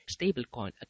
Stablecoin